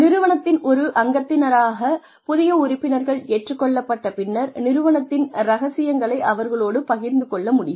நிறுவனத்தின் ஒரு அங்கத்தினராக புதிய உறுப்பினர்கள் ஏற்றுக் கொள்ளப்பட்ட பின்னர் நிறுவனத்தின் ரகசியங்களை அவர்களோடு பகிர்ந்து கொள்ள முடியும்